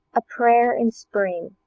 a prayer in spring